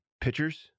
pitchers